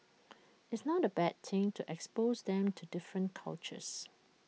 it's not A bad thing to expose them to different cultures